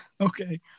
Okay